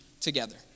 together